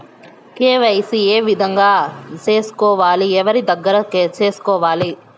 KYC ఏ విధంగా సేసుకోవాలి? ఎవరి దగ్గర సేసుకోవాలి?